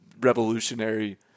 revolutionary